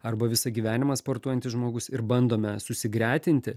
arba visą gyvenimą sportuojantis žmogus ir bandome susigretinti